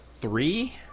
three